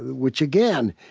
which, again,